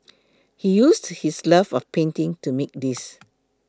he used his love of painting to make these